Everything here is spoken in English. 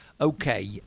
okay